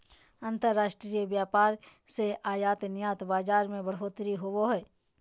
अंतर्राष्ट्रीय व्यापार से आयात निर्यात बाजार मे बढ़ोतरी होवो हय